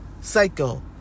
Psycho